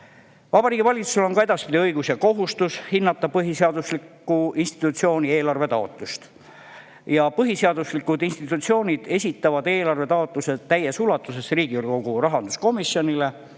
Vabariigi Valitsusel on ka edaspidi õigus ja kohustus hinnata põhiseadusliku institutsiooni eelarvetaotlust. Põhiseaduslikud institutsioonid esitavad eelarvetaotlused täies ulatuses Riigikogu rahanduskomisjonile